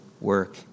work